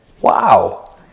wow